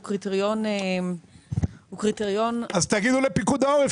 קריטריון --- אז תגידו לפיקוד העורף,